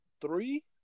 three